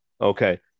Okay